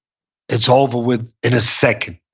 it's over with in a second,